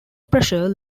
pressure